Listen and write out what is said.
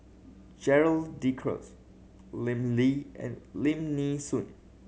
Gerald De Cruz Lim Lee and Lim Nee Soon